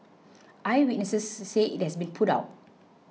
eyewitnesses say it has been put out